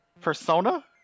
Persona